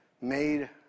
made